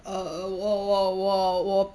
err 我我我我